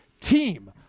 team